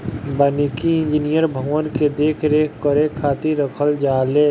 वानिकी इंजिनियर वन के देख रेख करे खातिर रखल जाने